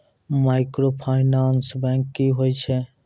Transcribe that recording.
Microfinance bank की होय छै?